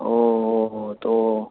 ઓ હો હો તો